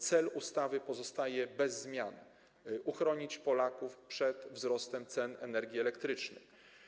Cel ustawy pozostaje bez zmian: uchronić Polaków przed wzrostem cen energii elektrycznej.